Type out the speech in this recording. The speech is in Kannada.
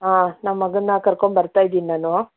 ಹಾಂ ನಮ್ಮ ಮಗನ್ನ ಕರ್ಕೊಂಡ್ ಬರ್ತಾ ಇದ್ದೀನಿ ನಾನು